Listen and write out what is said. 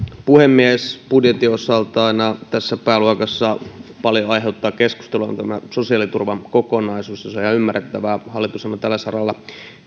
puhemies budjetin osalta aina tässä pääluokassa paljon aiheuttaa keskustelua tämä sosiaaliturvan kokonaisuus ja se on ihan ymmärrettävää hallitushan on tällä saralla